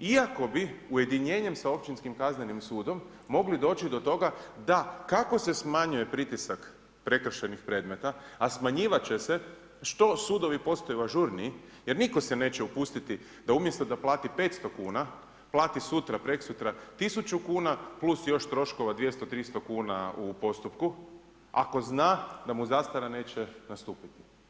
iako bi ujedinjenjem sa Općinskim kaznenim sudom mogli doći do toga da kako se smanjuje pritisak prekršajnih predmeta, a smanjivat će se što sudovi postaju ažurniji jer nitko se neće upustiti da umjesto da plati 500 kuna, plati sutra, prekosutra 1000 kuna plus još troškova 200, 300 kuna u postupku ako zna da mu zastara neće nastupiti.